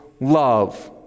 love